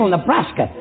Nebraska